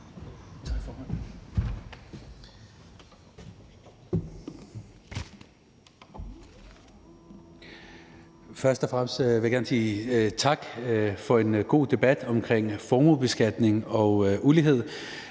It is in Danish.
tak for en god debat om formuebeskatning og ulighed.